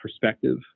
perspective